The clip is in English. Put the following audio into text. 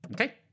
Okay